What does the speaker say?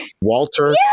Walter